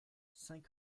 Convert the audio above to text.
cinq